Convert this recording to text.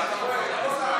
לא.